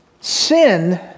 Sin